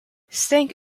stank